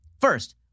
First